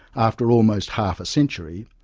after almost half a century,